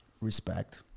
respect